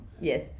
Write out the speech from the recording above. Yes